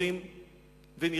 ונרצחים.